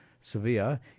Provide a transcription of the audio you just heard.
Sevilla